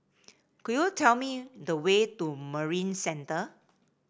could you tell me the way to Marina Centre